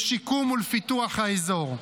לשיקום ולפיתוח האזור.